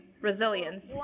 resilience